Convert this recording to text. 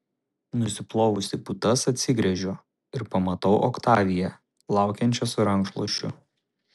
nusiplovusi putas atsigręžiu ir pamatau oktaviją laukiančią su rankšluosčiu